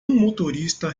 motorista